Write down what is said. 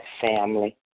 family